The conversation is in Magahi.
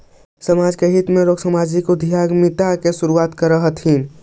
समाज के हित ला लोग सामाजिक उद्यमिता की शुरुआत करअ हथीन